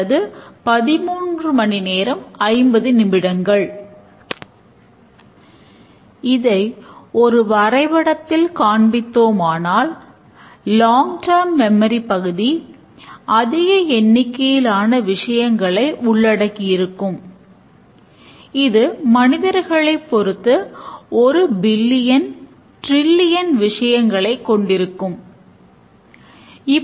இறுதியாக மிகவும் கீழ் நிலையில் எண் எழுத்து மற்றும் பிற வகையான துவக்கநிலை தரவு உறுப்புகளை நாம் கொண்டிருப்போம்